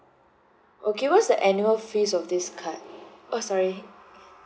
okay what's the annual fees of this card oh sorry